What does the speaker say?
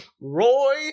Roy